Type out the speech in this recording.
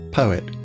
poet